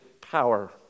power